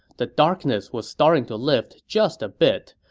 the darkness was starting to lift just a bit,